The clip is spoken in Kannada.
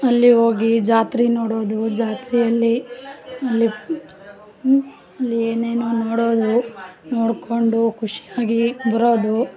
ಅಲ್ಲಿ ಹೋಗಿ ಜಾತ್ರೆ ನೋಡೋದು ಜಾತ್ರೆಯಲ್ಲಿ ಅಲ್ಲಿ ಅಲ್ಲಿ ಏನೇನೋ ನೋಡೋದು ನೋಡಿಕೊಂಡು ಖುಷಿಯಾಗಿ ಬರೋದು